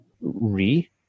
re